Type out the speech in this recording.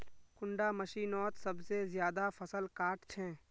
कुंडा मशीनोत सबसे ज्यादा फसल काट छै?